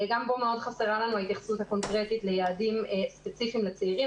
גם בו מאוד חסרה לנו ההתייחסות הקונקרטית ליעדים ספציפיים לצעירים.